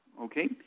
Okay